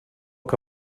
que